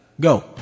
Go